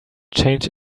changed